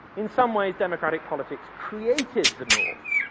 in some ways, democratic politics created the north.